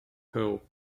perl